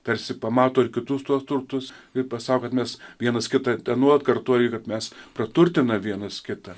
tarsi pamato ir kitus tuos turtus ir pasako kad mes vienas kitą ten nuolat kartoja kad mes praturtina vienas kitą